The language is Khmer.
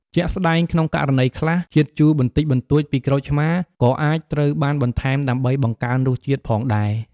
ជាក់ស្ដែង ក្នុងករណីខ្លះ ជាតិជូរបន្តិចបន្តួចពីក្រូចឆ្មារ ក៏អាចត្រូវបានបន្ថែមដើម្បីបង្កើនរសជាតិផងដែរ។